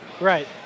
Right